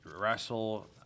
wrestle